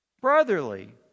brotherly